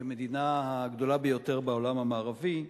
כמדינה הגדולה ביותר בעולם הערבי,